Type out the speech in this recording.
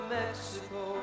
Mexico